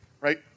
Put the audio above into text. right